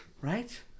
Right